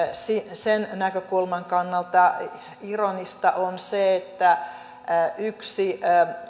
sen näkökulman kannalta ironista on se että yksi